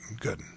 good